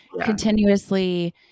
continuously